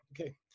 okay